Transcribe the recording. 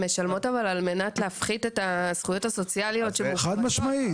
הן משלמות אבל על מנת להפחית את הזכויות הסוציאליות --- חד משמעית.